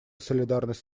солидарность